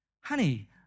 Honey